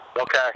Okay